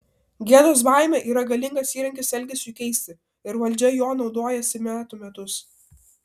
gėdos baimė yra galingas įrankis elgesiui keisti ir valdžia juo naudojasi metų metus